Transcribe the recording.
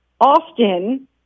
often